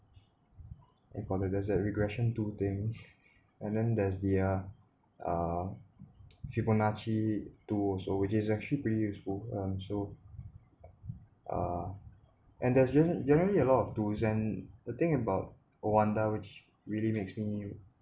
they call it there's a regression tool thing and then there's the uh uh fibonacci tool also which is actually pretty useful um so uh and there's general~ generally a lot of tools and the thing about oanda which really makes me